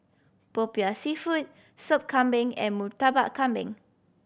Popiah Seafood Soup Kambing and Murtabak Kambing